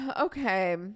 Okay